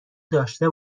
داشته